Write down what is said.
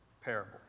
parable